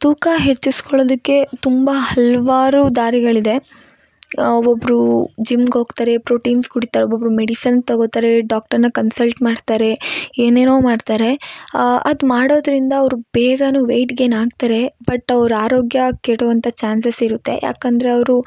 ತೂಕ ಹೆಚ್ಚಿಸ್ಕೊಳೊದಕ್ಕೆ ತುಂಬ ಹಲವಾರು ದಾರಿಗಳಿದೆ ಒಬ್ಬರು ಜಿಮ್ಗೆ ಹೋಗ್ತರೆ ಪ್ರೊಟೀನ್ಸ್ ಕುಡಿತರೆ ಒಬ್ಬೊಬ್ಬರು ಮೆಡಿಸನ್ ತಗೋತರೆ ಡಾಕ್ಟರ್ನ ಕನ್ಸಲ್ಟ್ ಮಾಡ್ತಾರೆ ಏನೆನೋ ಮಾಡ್ತಾರೆ ಅದು ಮಾಡೋದರಿಂದ ಅವರು ಬೇಗನು ವೆಯ್ಟ್ ಗೈನ್ ಆಗ್ತಾರೆ ಬಟ್ ಅವ್ರ ಆರೋಗ್ಯ ಕೆಡುವಂಥ ಚಾನ್ಸಸ್ ಇರುತ್ತೆ ಯಾಕಂದರೆ ಅವರು